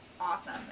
awesome